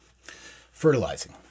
Fertilizing